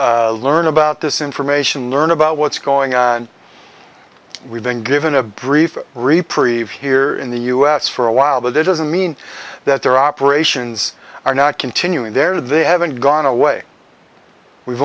to learn about this information learn about what's going on we've been given a brief reprieve here in the us for a while but it doesn't mean that their operations are not continuing there they haven't gone away we've